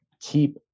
keep